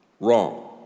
Wrong